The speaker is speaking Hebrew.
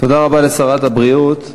תודה רבה לשרת הבריאות.